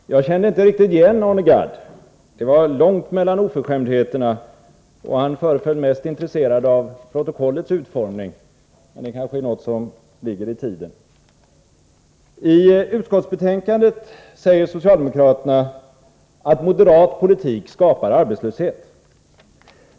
Herr talman! Jag kände inte riktigt igen Arne Gadd. Det var långt mellan oförskämdheterna. Han föreföll mest intresserad av protokollets utformning, men det kanske är något som ligger i tiden. I utskottsbetänkandet säger socialdemokraterna att moderat politik skapar arbetslöshet.